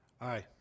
Aye